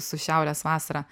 su šiaurės vasara